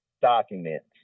documents